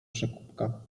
przekupka